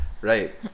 right